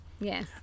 Yes